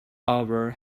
hour